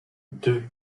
deux